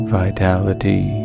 vitality